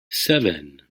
seven